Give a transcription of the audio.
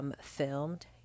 filmed